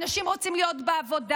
אנשים רוצים להיות בעבודה,